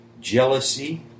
jealousy